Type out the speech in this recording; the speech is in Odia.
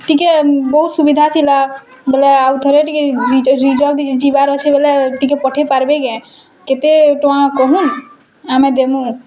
ଟିକିଏ ବହୁତ୍ ସୁବିଧା ଥିଲା ବୋଲେ ଆଉ ଥରେ ଟିକେ ରିଜର୍ଭ୍ ଟିକେ ଯିବାର୍ ଅଛେ ବୋଲେ ଟିକିଏ ପଠେଇ ପାରବେ କେଁ କେତେ ଟଙ୍କା କହୁନ୍ ଆମେ ଦେମୁଁ